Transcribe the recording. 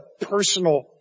personal